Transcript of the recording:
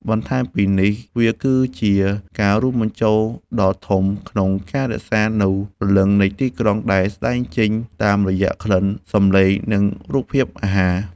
បន្ថែមពីនេះ វាគឺជាការរួមចំណែកដ៏ធំធេងក្នុងការរក្សានូវ ព្រលឹងនៃទីក្រុង ដែលស្តែងចេញតាមរយៈក្លិន សំឡេង និងរូបភាពអាហារ។